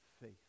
faith